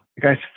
guy's